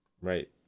Right